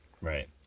right